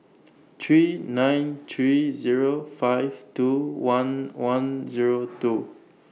three nine three Zero five two one one Zero two